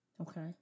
Okay